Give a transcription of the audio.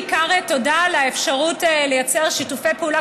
בעיקר תודה על האפשרות לייצר שיתופי פעולה